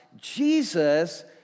Jesus